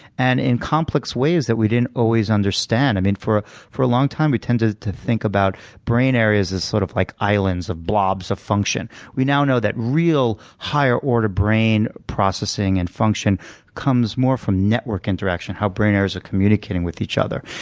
and in complex ways that we didn't always understand. um for for a long time, we tended to think about brain areas as sort of like islands of blobs of function. we now know that real higher-order brain processing and function comes more from network interaction, how brain areas are communicating with each other.